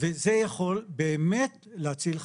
וזה יכול באמת להציל חיים.